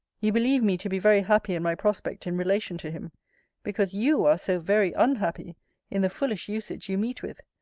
you believe me to be very happy in my prospect in relation to him because you are so very unhappy in the foolish usage you meet with,